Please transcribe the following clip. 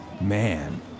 Man